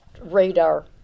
radar